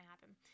happen